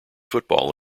football